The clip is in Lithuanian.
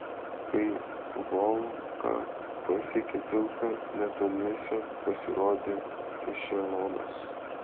kai vovka pasiekė tiltą netoliese pasirodė ešelonas